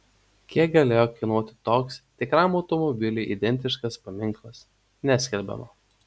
kiek galėjo kainuoti toks tikram automobiliui identiškas paminklas neskelbiama